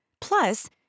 plus